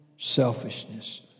selfishness